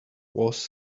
was